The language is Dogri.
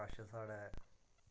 कश साढ़ै